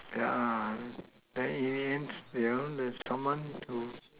yeah and in the end still there's someone who